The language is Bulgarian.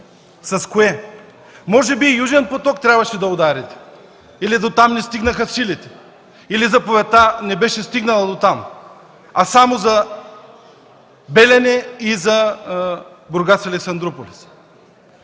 С кое?! Може би „Южен поток” трябваше да ударите или дотам ни стигнаха силите, или заповедта не беше стигнала дотам, а само за „Белене” и за „Бургас – Александруполис”?